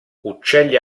uccelli